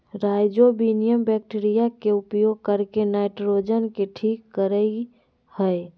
rhizobium bacteria के उपयोग करके नाइट्रोजन के ठीक करेय हइ